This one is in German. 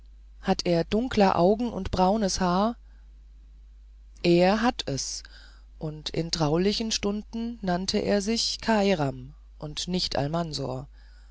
hat er dunkle augen und braunes haar er hat es und in traulichen stunden nannte er sich kairam und nicht almansor